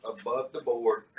above-the-board